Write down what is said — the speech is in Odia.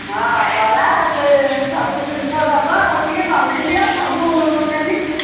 ହଁ ବରା ସେସବୁ ଜିନିଷ ଦେବ ଟିକେ କମେଇଦିଅ ସବୁ ନେବି